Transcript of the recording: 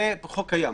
זה חוק קיים.